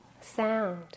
sound